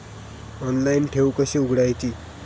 Online ठेव कशी उघडायची?